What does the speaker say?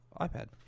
iPad